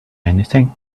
anything